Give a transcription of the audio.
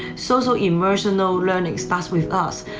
social-emotional learning starts with us.